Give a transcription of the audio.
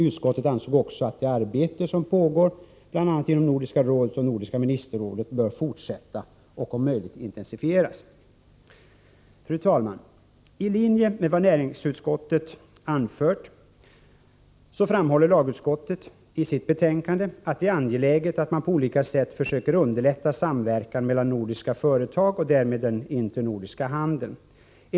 Utskottet ansåg också att det arbete som pågick bl.a. inom Nordiska rådet och Nordiska ministerrådet borde fortsätta och om möjligt intensifieras. Fru talman! I linje med vad näringsutskottet anfört framhåller lagutskottet isitt betänkande att det är angeläget att man på olika sätt försöker underlätta samverkan mellan nordiska företag och därmed den internordiska handeln.